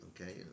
okay